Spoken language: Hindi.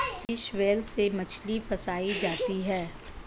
फिश व्हील से मछली फँसायी जाती है